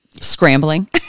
scrambling